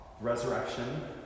resurrection